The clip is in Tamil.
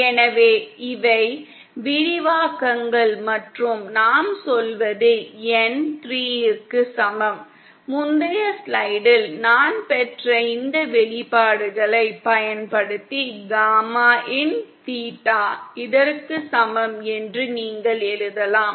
எனவே இவை விரிவாக்கங்கள் மற்றும் நாம் சொல்வது N 3 க்கு சமம் முந்தைய ஸ்லைடில் நான் பெற்ற இந்த வெளிப்பாடுகளைப் பயன்படுத்தி காமாin தீட்டா இதற்கு சமம் என்று நீங்கள் எழுதலாம்